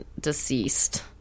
deceased